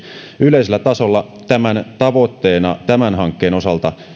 yleisellä tasolla tavoitteena tämän hankkeen osalta